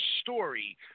story